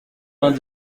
vingt